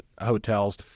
hotels